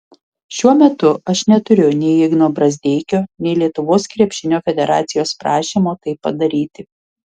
šiuo metu aš neturiu nei igno brazdeikio nei lietuvos krepšinio federacijos prašymo tai padaryti